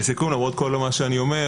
לסיכום, למרות כל דבריי,